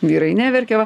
vyrai neverkia va